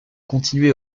continué